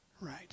right